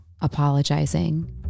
apologizing